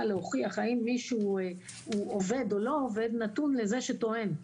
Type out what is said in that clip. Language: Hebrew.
להוכיח האם מישהו עובד או לא עובד נתון לזה שטוען.